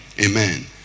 amen